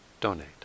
donate